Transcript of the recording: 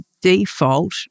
default